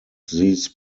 these